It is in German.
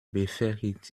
befähigt